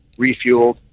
refueled